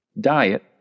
diet